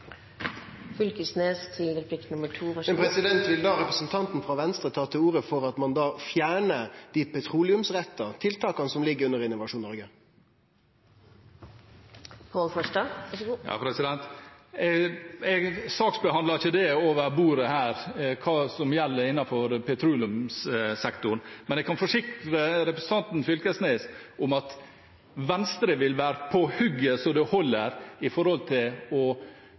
Vil representanten frå Venstre ta til orde for at ein då fjernar dei petroleumsretta tiltaka som ligg under Innovasjon Noreg? Jeg saksbehandler ikke over bordet hva som gjelder innenfor petroleumssektoren. Men jeg kan forsikre representanten Knag Fylkesnes om at Venstre vil være på hugget så det holder når det gjelder å finne gode virkemidler knyttet til fiskeri- og havbrukssektoren og den tradisjonelle fiskerinæringen og fiskeindustrien, som vi snakker om her i dag. Grunnen til